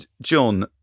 John